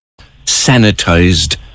Sanitized